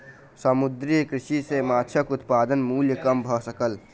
समुद्रीय कृषि सॅ माँछक उत्पादन मूल्य कम भ सकल